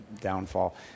downfall